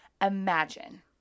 Imagine